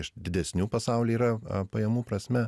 iš didesnių pasaulyje yra pajamų prasme